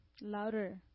louder